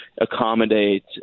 accommodate